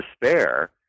despair